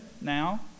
now